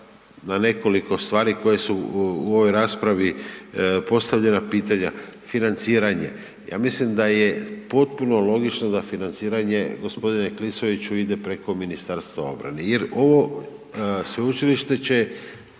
na nekoliko stvari koje su u ovoj raspravi postavljana pitanja, financiranje. Ja mislim da je potpuno logično da financiranje g. Klisoviću ide preko MORH-a jer ovo sveučilište će